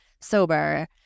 sober